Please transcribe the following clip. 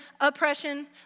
oppression